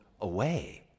away